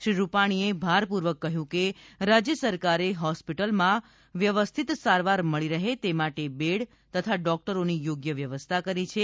શ્રી રૂપાણીએ ભારપૂર્વક કહ્યું છે કે રાજ્ય સરકારે હોસ્પિટલમાં વ્યવસ્થિત સારવાર મળી રહે તે માટે બેડ તથા ડૉક્ટરોની યોગ્ય વ્યવસ્થા કરી છે